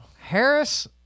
Harris